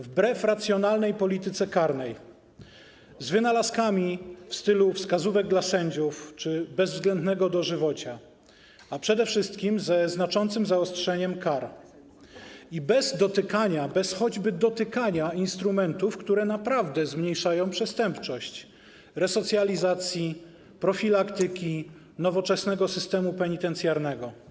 Wbrew racjonalnej polityce karnej, z wynalazkami w stylu wskazówek dla sędziów czy bezwzględnego dożywocia, a przede wszystkim ze znaczącym zaostrzeniem kar i bez choćby dotykania instrumentów, które naprawdę zmniejszają przestępczość: resocjalizacji, profilaktyki, nowoczesnego systemu penitencjarnego.